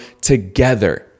together